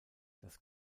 das